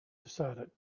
decided